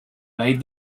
made